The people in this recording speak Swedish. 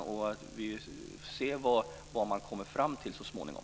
Vi får se vad man kommer fram till så småningom.